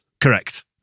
Correct